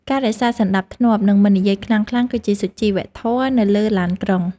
ការរក្សាសណ្តាប់ធ្នាប់ និងមិននិយាយខ្លាំងៗ គឺជាសុជីវធម៌នៅលើឡានក្រុង។